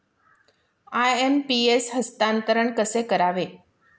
IMPS हस्तांतरण कसे करावे?